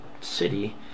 city